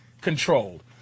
controlled